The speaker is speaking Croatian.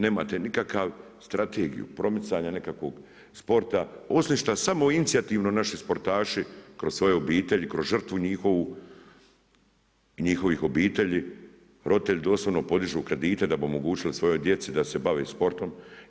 Nemate nikakav strategiju, promicanja nekakvog sporta osim šta samoinicijativno naši sportaši kroz svoje obitelji, kroz žrtvu njihovu i njihovih obitelji roditelji doslovno podižu kredite da bi omogućili svojoj djeci da se bave sportom.